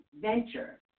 venture